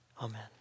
Amen